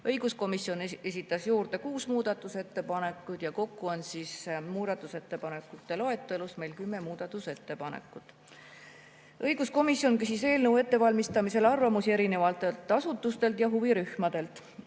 Õiguskomisjon esitas juurde kuus muudatusettepanekut ja kokku on muudatusettepanekute loetelus meil kümme muudatusettepanekut. Õiguskomisjon küsis eelnõu ettevalmistamisel arvamusi erinevatelt asutustelt ja huvirühmadelt.